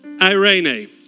Irene